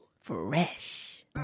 Fresh